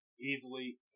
easily